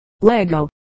Lego